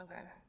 Okay